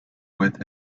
with